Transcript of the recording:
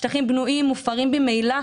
שטחים בנויים מופרים ממילא,